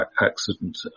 accident